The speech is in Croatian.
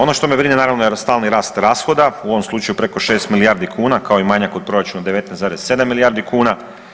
Ono što me brine naravno je stalni rast rashoda, u ovom slučaju preko 6 milijardi kuna kao i manjak u proračunu 19,7 milijardi kuna.